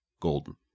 golden